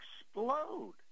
explode